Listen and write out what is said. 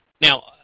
Now